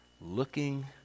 Looking